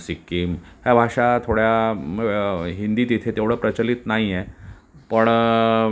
सिक्कीम ह्या भाषा थोड्या हिंदी तेथे तेवढं प्रचलित नाही आहे पण